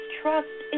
trust